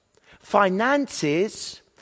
Finances